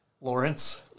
Lawrence